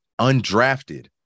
undrafted